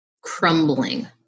crumbling